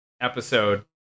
episode